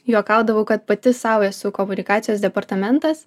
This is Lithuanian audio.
juokaudavau kad pati sau esu komunikacijos departamentas